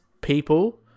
people